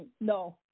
no